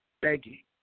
begging